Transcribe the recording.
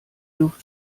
luft